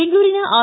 ಬೆಂಗಳೂರಿನ ಆರ್